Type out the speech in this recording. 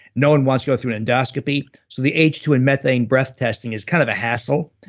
no one wants to go through and endoscopy, so the h two and methane breath testing is kind of a hassle.